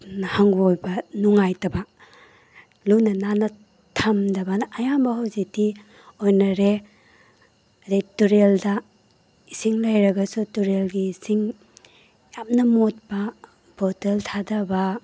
ꯍꯪꯒꯣꯏꯕ ꯅꯨꯡꯉꯥꯏꯇꯕ ꯂꯨꯅ ꯅꯥꯟꯅ ꯊꯝꯗꯕꯅ ꯑꯌꯥꯝꯕ ꯍꯧꯖꯤꯛꯇꯤ ꯑꯣꯏꯅꯔꯦ ꯑꯗꯒꯤ ꯇꯨꯔꯦꯜꯗ ꯏꯁꯤꯡ ꯂꯩꯔꯒꯁꯨ ꯇꯨꯔꯦꯜꯒꯤ ꯏꯁꯤꯡ ꯌꯥꯝꯅ ꯃꯣꯠꯄ ꯕꯣꯇꯜ ꯊꯥꯗꯕ